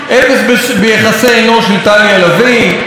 "אפס ביחסי אנוש" של טליה לביא,